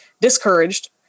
discouraged